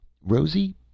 Rosie